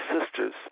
sisters